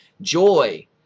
joy